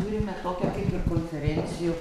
turime tokią kaip ir konferencijų